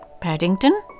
Paddington